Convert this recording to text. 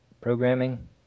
programming